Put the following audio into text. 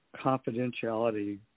confidentiality